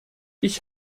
ich